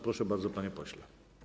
Proszę bardzo, panie pośle.